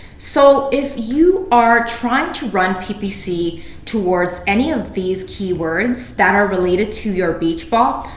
so if you are trying to run ppc towards any of these keywords that are related to your beach ball,